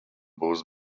būs